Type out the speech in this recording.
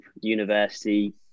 university